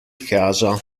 casa